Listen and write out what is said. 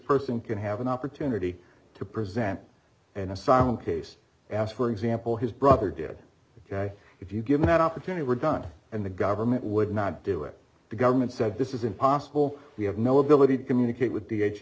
person can have an opportunity to present an asylum case as for example his brother did if you given that opportunity were done and the government would not do it the government said this is impossible we have no ability to communicate with the